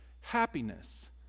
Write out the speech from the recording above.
Happiness